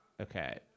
Okay